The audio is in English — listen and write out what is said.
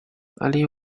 ali